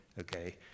Okay